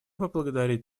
поблагодарить